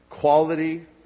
Quality